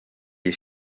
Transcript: iyi